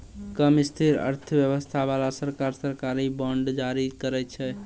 कम स्थिर अर्थव्यवस्था बाला सरकार, सरकारी बांड जारी करै छै